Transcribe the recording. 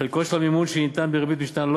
חלקו של המימון שניתן בריבית משתנה לא